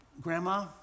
Grandma